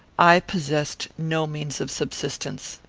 i possessed no means of subsistence.